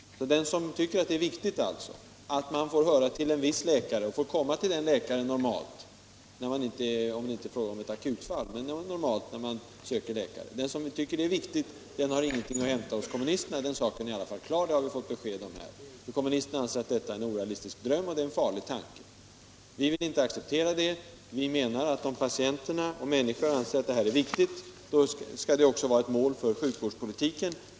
Den som tycker att det är viktigt att man får höra till en viss läkare och att man under normala förhållanden får komma till den läkaren — det gäller naturligtvis inte akutfall — har ingenting att hämta hos kommunisterna, den saken är i alla fall klar, och det har vi fått besked om här. Kommunisterna anser att detta är en orealistisk dröm och en farlig tanke. Vi vill inte acceptera det. Vi menar att om människorna anser att detta är viktigt, då skall det också vara ett mål för sjukvårdspolitiken.